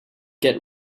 get